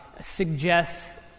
suggests